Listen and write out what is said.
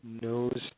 knows